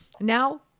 Now